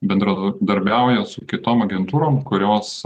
bendradarbiauja su kitom agentūrom kurios